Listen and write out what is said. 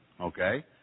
okay